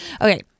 Okay